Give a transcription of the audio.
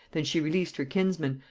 than she released her kinsman,